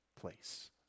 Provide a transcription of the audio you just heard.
place